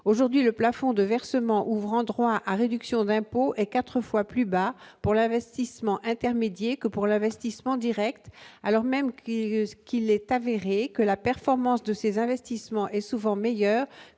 aujourd'hui, le plafond de versements ouvrant droit à réduction d'impôt est 4 fois plus bas pour l'investissement intermédiaires que pour l'investissement Direct, alors même qu'est ce qu'il est avéré que la performance de ses investissements et souvent meilleure